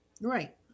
Right